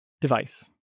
device